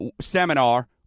seminar